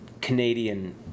Canadian